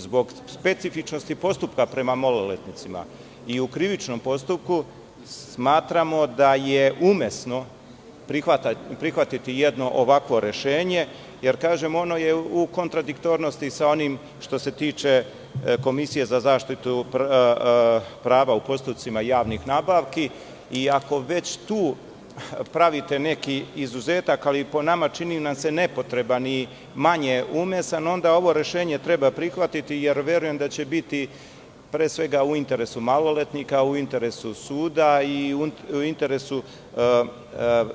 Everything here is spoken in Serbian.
Zbog specifičnosti postupka prema maloletnicima i u krivičnom postupku smatramo da je umesno prihvatiti jedno ovakvo rešenje jer ono je u kontradiktornosti sa onim što se tiče Komisije za zaštitu prava u postupcima javnih nabavki i ako već tu pravite neki izuzetak, ali po nama, čini nam se nepotreban i manje umesan, onda ovo rešenje treba prihvatiti jer verujem da će biti pre svega u interesu maloletnika, u interesu suda i u interesu